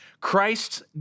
Christ's